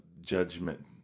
judgment